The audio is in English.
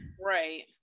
right